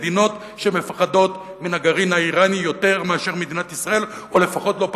מדינות שמפחדות מהגרעין האירני יותר מאשר מדינת ישראל או לפחות לא פחות,